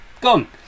Gone